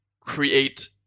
create